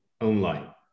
online